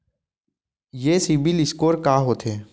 ये सिबील स्कोर का होथे?